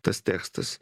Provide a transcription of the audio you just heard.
tas tekstas